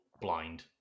Blind